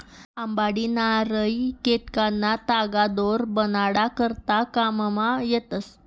अंबाडी, नारय, केतकीना तागा दोर बनाडा करता काममा येतस